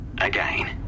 Again